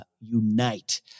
unite